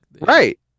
Right